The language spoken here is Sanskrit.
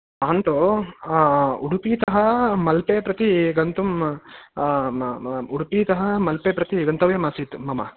अहं तु उडुपितः मल्पे प्रति गन्तुम् उडुपितः मल्पे प्रति गन्तव्यम् आसीत् मम